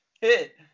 hit